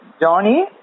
Johnny